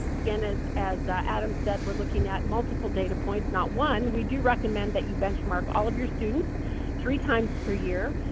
again as as adam said, we're looking at multiple data points not one. we do recommend that you benchmark all of your students three times per year.